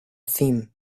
theme